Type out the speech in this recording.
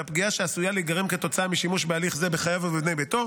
והפגיעה שעשויה להיגרם כתוצאה משימוש בהליך זה בחייב ובבני ביתו,